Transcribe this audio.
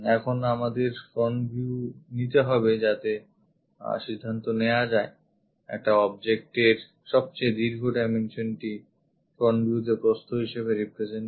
এখন আমাদের front view নিতে হবে যাতে সিদ্ধান্ত নেওয়া যায় একটা object এর সবচেয়ে দীর্ঘ dimensionটি front viewতে প্রস্থ হিসেবে represent করে